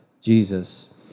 Jesus